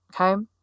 okay